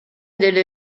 delle